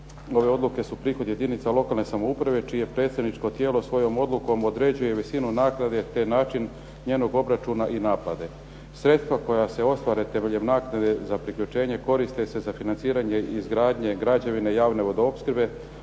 Ova odluke su prihod jedinica lokalne samouprave čije predstavničko tijelo svojom odlukom određuje visinu naknade te način njenog obračuna i naplate. Sredstva koja se ostvare temeljem naknade za priključenje koriste se za financiranje izgradnje građevine javne vodoopskrbe